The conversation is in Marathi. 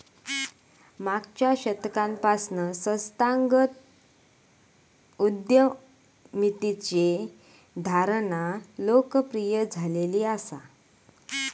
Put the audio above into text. मागच्या दशकापासना संस्थागत उद्यमितेची धारणा लोकप्रिय झालेली हा